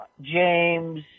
James